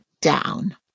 down